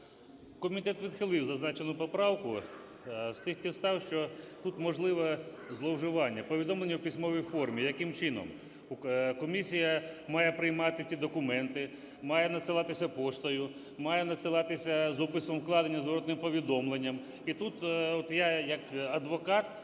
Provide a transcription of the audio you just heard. Комітет відхилив зазначену поправку з тих підстав, що тут можливе зловживання: повідомлення в письмовій формі, яким чином? Комісія має приймати ці документи, має надсилатися поштою, має надсилатися з описом вкладення зворотним повідомленням. І тут от я як адвокат,